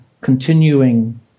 continuing